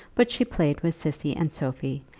but she played with cissy and sophie,